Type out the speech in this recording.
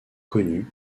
connues